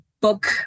book